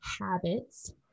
habits